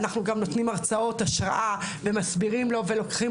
אנחנו גם נותנים הרצאות השראה ומסבירים לו ולוקחים